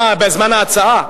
בזמן ההצעה.